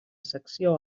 secció